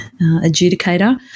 adjudicator